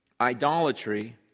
idolatry